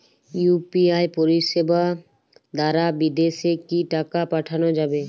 UPI পরিষেবা দারা বিদেশে কি টাকা পাঠানো যাবে?